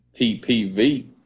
PPV